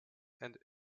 and